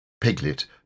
Piglet